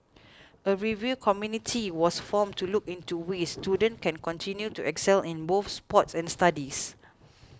a review community was formed to look into ways students can continue to excel in both sports and studies